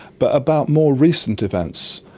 but about more recent events.